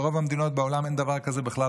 ברוב המדינות בעולם אין דבר כזה בכלל